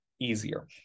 easier